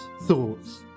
thoughts